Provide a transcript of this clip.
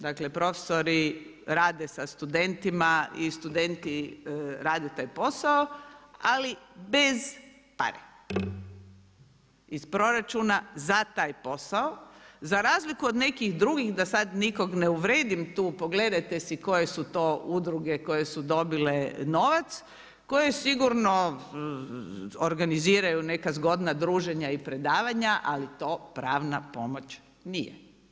Dakle, profesori rade sa studentima i studenti rade taj posao, ali bez pare iz proračuna za taj posao, za razliku od nekih drugih, da sad nikoga ne uvrijedim tu, pogledajte si koje su to udruge koje su dobile novac, koje sigurno organiziraju neka zgodna druženja i predavanja, ali to pravna pomoć nije.